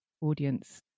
audience